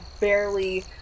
barely